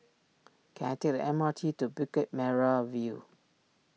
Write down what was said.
can I take the M R T to Bukit Merah View